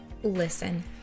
Listen